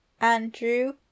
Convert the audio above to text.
Andrew